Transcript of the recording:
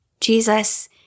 Jesus